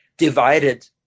divided